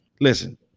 Listen